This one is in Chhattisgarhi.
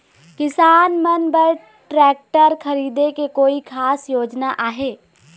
किसान मन बर ट्रैक्टर खरीदे के कोई खास योजना आहे?